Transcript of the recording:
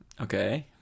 Okay